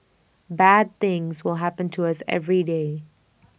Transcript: bad things will happen to us every day